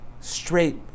Straight